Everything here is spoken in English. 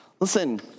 Listen